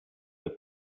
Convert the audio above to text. the